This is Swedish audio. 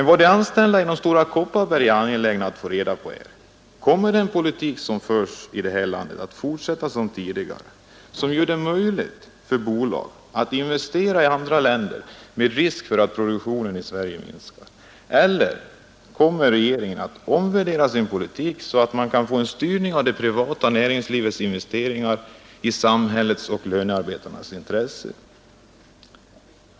Vad de anställda inom Stora Kopparberg är angelägna att få reda på är: Kommer den politik som förs här i landet att fortsätta som tidigare — en politik som gör det möjligt för bolag att investera i andra länder med risk för att produktionen i Sverige minskar? Eller kommer regeringen att omvärdera sin politik så att man kan få en styrning av det privata näringslivets investeringar i samhällets och lönarbetarnas intresse?